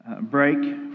break